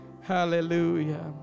hallelujah